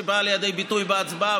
שבאה לידי ביטוי בהצבעה,